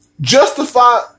justify